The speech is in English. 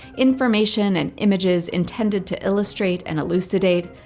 information and images intended to illustrate and elucidate.